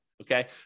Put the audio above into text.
Okay